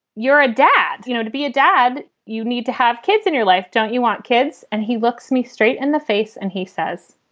you're a dad. you know, to be a dad, you need to have kids in your life. don't you want kids? and he looks me straight in the face and he says,